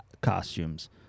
costumes